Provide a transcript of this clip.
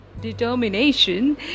determination